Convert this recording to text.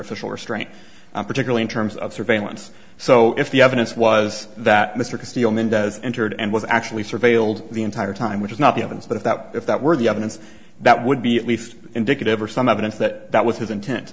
official restraint particularly in terms of surveillance so if the evidence was that mr castillo mendez entered and was actually surveilled the entire time which is not the evidence but that if that were the evidence that would be at least indicative or some evidence that that was his intent